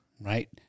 Right